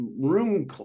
room